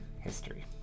history